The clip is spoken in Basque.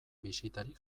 bisitari